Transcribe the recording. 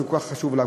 שכל כך חשוב לה,